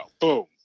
boom